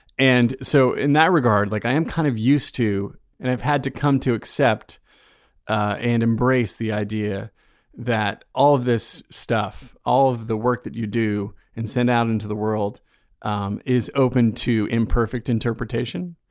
and so in that regard, like i am kind of used to and i've had to come to accept ah and embrace the idea that all of this stuff, all of the work that you do and send out into the world um is open to imperfect interpretation.